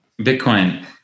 Bitcoin